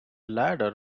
ladder